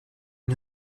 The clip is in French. une